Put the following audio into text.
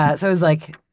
ah so it was like,